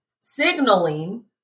signaling